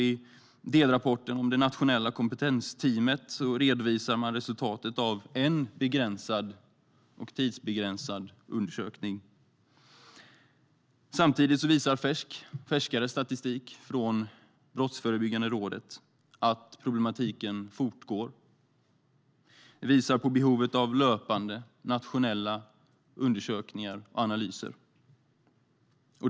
I Delrapport - Nationella Kompetensteamet redovisar man resultatet av en begränsad och tidsbegränsad undersökning. Samtidigt visar färskare statistik från Brottsförebyggande rådet att problematiken fortgår. Det visar på behovet av löpande nationella undersökningar och analyser.